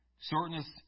shortness